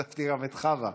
הוספתי גם את חוה.